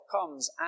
comes